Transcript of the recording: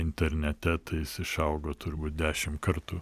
internete tai jis išaugo turbūt dešim kartų